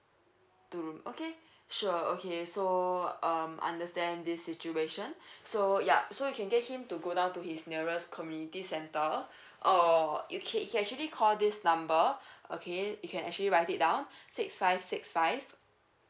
two room okay sure okay so um I understand this situation so yup so you can get him to go down to his nearest community centre or he can he can actually call this number okay you can actually write it down six five six five